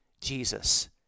Jesus